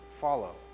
follow